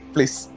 Please